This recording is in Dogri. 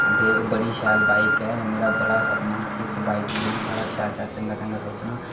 ते बड़ी शैल बाईक ऐ की इसी बाईक गी अं'ऊ बड़ा शैल चंगा चंगा सोचना